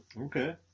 Okay